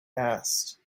asked